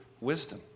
wisdom